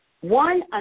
one